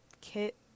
kit